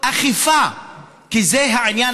אתה יודע מה?